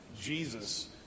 Jesus